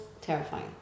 terrifying